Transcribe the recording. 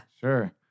sure